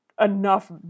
enough